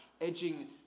edging